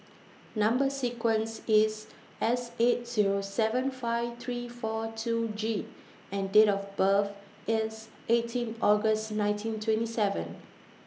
Number sequence IS S eight Zero seven five three four two G and Date of birth IS eighteen August nineteen twenty seven